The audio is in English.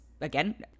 Again